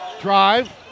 Drive